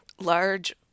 Large